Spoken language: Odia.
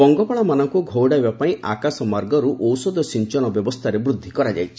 ପଙ୍ଗପାଳମାନଙ୍କୁ ଘଉଡ଼ାଇବା ପାଇଁ ଆକାଶମାର୍ଗରୁ ଔଷଧ ସିଞ୍ଚନ ବ୍ୟବସ୍ଥାରେ ବୃଦ୍ଧି କରାଯାଇଛି